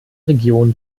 region